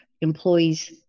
employees